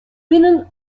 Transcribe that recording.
winnen